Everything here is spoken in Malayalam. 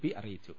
പി അറിയിച്ചു